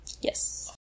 Yes